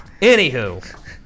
Anywho